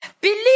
Believe